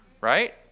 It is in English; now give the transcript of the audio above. right